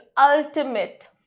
ultimate